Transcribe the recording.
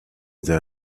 their